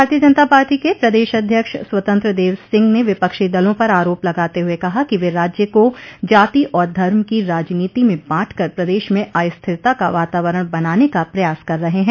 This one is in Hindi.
भारतीय जनता पार्टी के प्रदेश अध्यक्ष स्वतंत्र देव सिंह ने विपक्षी दलों पर आरोप लगाते हुए कहा कि वे राज्य को जाति और धर्म की राजनीति में बांटकर प्रदेश में अस्थिरता का वातावरण बनाने का प्रयास कर रहे हैं